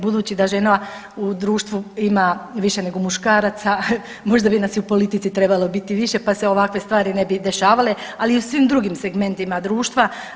Budući da žena u društvu ima više nego muškaraca, možda bi nas i u politici trebalo biti više, pa se ovakve stvari ne bi dešavale ali i u svim drugim segmentima društva.